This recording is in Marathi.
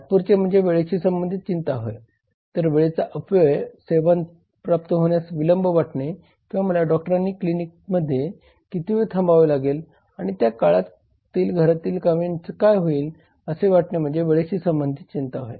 तात्पुरते म्हणजे वेळेशी संबंधित चिंता होय तर वेळेचा अपव्यय आणि सेवा प्राप्त होण्यास विलंब वाटणे किंवा मला डॉक्टरांच्या क्लिनिकमध्ये किती वेळ थांबावे लागेल आणि त्या काळात घरातील कामांचे काय होईल असे वाटणे म्हणजे वेळेशी संबंधित चिंता होय